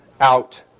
out